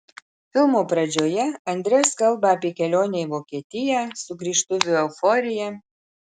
filmo pradžioje andres kalba apie kelionę į vokietiją sugrįžtuvių euforiją